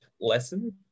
lesson